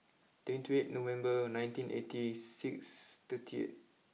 twenty eight November nineteen eighty six thirty eight